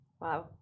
Wow